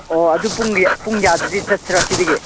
ꯑꯣ ꯑꯗꯨ ꯄꯨꯡꯗꯤ ꯄꯨꯡ ꯀꯌꯥꯗꯗꯤ ꯆꯠꯁꯤꯔꯥ ꯁꯤꯗꯒꯤ